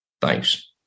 Thanks